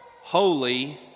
holy